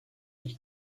qui